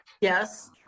Yes